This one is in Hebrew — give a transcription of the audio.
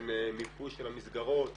אין מיפוי של המסגרות,